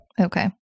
Okay